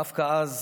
דווקא אז,